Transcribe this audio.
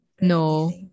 No